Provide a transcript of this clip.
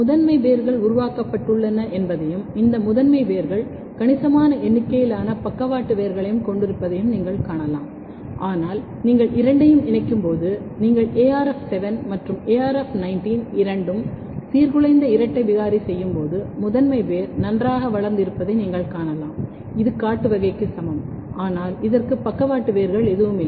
முதன்மை வேர்கள் உருவாக்கப்பட்டுள்ளன என்பதையும் இந்த முதன்மை வேர்கள் கணிசமான எண்ணிக்கையிலான பக்கவாட்டு வேர்களைக் கொண்டிருப்பதையும் நீங்கள் காணலாம் ஆனால் நீங்கள் இரண்டையும் இணைக்கும்போது நீங்கள் arf7 மற்றும் arf19 இரண்டும் சீர்குலைந்த இரட்டை விகாரி செய்யும் போது முதன்மை வேர் நன்றாக வளர்ந்து இருப்பதை நீங்கள் காணலாம் இது காட்டு வகைக்கு சமம் ஆனால் இதற்கு பக்கவாட்டு வேர்கள் எதுவும் இல்லை